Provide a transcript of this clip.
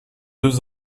deux